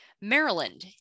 Maryland